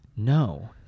No